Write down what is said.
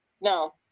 No